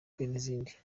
n’izindi